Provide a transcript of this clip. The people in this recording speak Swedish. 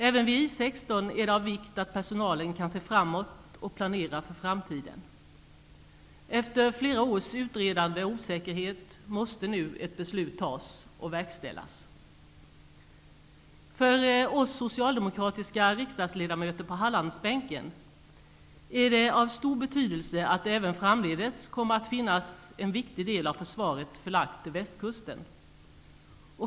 Även vid I 16 är det av vikt att personalen kan se framåt och planera för framtiden. Efter flera års utredande och osäkerhet måste nu ett beslut fattas och verkställas. För oss socialdemokratiska riksdagsledamöter på Hallandsbänken är det av stor betydelse att även framdeles en viktig del av försvaret är förlagd till västkusten.